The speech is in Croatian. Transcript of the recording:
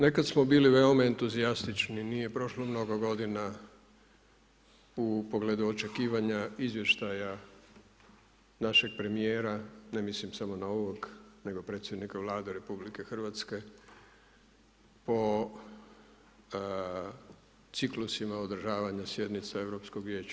Nekad smo bili veoma entuzijastični, nije prošlo mnogo godina u pogledu očekivanja izvještaja našeg premijera, ne mislim samo na ovog nego predsjednika Vlade RH po ciklusima održavanja sjednica Europskog vijeća.